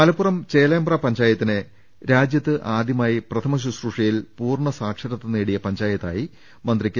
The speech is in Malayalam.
മലപ്പുറം ചേലേമ്പ്ര പഞ്ചായത്തിനെ രാജ്യത്ത് ആദ്യമായി പ്രഥമ ശുശ്രൂഷയിൽ പൂർണ്ണ സാക്ഷരത നേടിയ പഞ്ചായ ത്തായി മന്ത്രി കെ